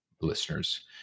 listeners